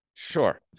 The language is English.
Sure